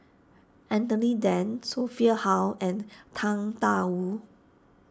Anthony then Sophia Hull and Tang Da Wu